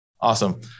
Awesome